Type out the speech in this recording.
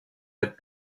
had